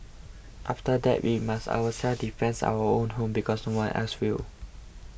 and that we must ourselves defence our own home because no one else will